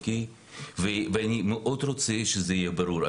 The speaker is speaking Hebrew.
אני מאוד רוצה שזה יהיה ברור.